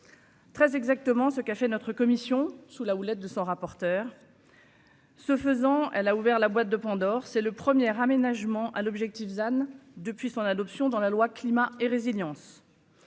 Très exactement ce qu'a fait notre commission sous la houlette de son rapporteur, ce faisant, elle a ouvert la boîte de Pandore, c'est le premier aménagement à l'objectif than depuis son adoption dans la loi climat et résilience.